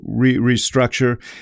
restructure